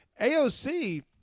AOC